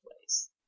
place